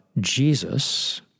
Jesus